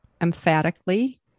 Emphatically